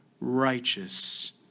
righteous